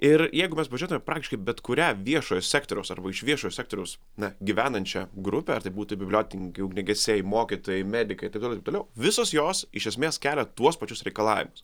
ir jeigu mes pažėtume praktiškai bet kurią viešojo sektoriaus arba iš viešojo sektoriaus na gyvenančią grupę ar tai būtų bibliotekininkai ugniagesiai mokytojai medikai taip toliau ir taip toliau visos jos iš esmės kelia tuos pačius reikalavimus